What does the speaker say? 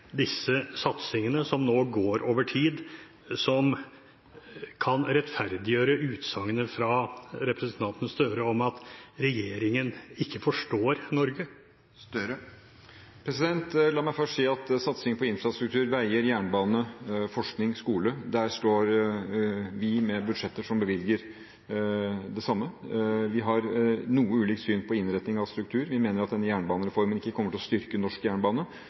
disse satsingene, som nå går over tid, som kan rettferdiggjøre utsagnet fra representanten Gahr Støre om at regjeringen ikke forstår Norge? La meg først si at når det gjelder satsingen på infrastruktur, veier, jernbane, forskning og skole, står vi med budsjetter der vi bevilger det samme. Vi har noe ulikt syn på innretningen av struktur. Vi mener at denne jernbanereformen ikke kommer til å styrke norsk jernbane.